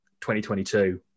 2022